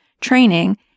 training